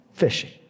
fishing